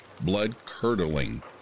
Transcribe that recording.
blood-curdling